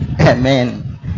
amen